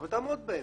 אבל תעמוד בהם,